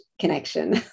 connection